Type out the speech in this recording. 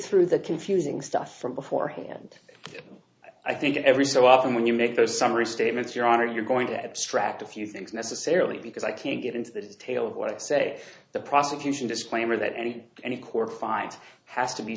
through the confusing stuff from before here and i think every so often when you make those summary statements your honor you're going to abstract a few things necessarily because i can't get into the detail of what i say the prosecution disclaimer that any any court fight has to be